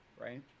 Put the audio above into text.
right